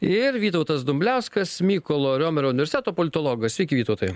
ir vytautas dumbliauskas mykolo riomerio universiteto politologas sveiki vytautai